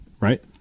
right